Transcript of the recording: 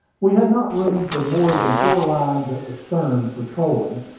we had not room for more than four lines at the stern for trolling.